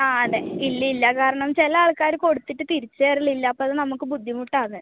ആ അതെ ഇല്ല ഇല്ല കാരണം ചില ആൾക്കാര് കൊടുത്തിട്ട് തിരിച്ച് തരൽ ഇല്ല അപ്പോ അത് നമുക്ക് ബുദ്ധിമുട്ടാണ്